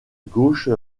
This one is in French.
gauche